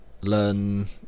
learn